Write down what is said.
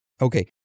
Okay